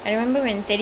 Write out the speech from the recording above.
exactly